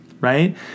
right